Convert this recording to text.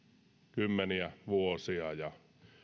kymmeniä vuosia ja